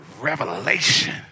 revelation